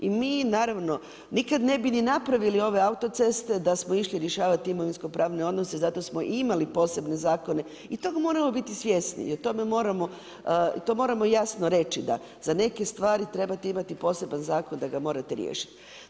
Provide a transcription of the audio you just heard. I mi naravno nikada ne bi ni napravili ove autoceste da smo išli rješavati imovinsko pravne odnose, zato smo i imali posebne zakone i toga moramo biti svjesni i to moramo jasno reći da za neke stvari trebate imati poseban zakon da ga morate riješiti.